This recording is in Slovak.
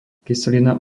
kyselina